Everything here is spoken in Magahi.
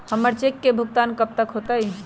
हमर चेक के भुगतान कब तक हो जतई